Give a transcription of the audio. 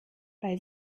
bei